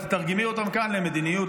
ותתרגמי אותם כאן למדיניות,